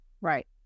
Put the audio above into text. right